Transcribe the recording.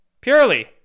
Purely